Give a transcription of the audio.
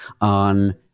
on